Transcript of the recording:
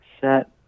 set